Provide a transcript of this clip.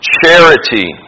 charity